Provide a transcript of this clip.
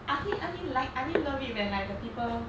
I think I didn't like I mean love it when like people